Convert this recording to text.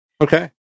Okay